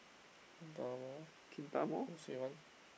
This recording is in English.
who say one